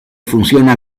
funciona